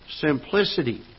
simplicity